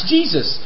Jesus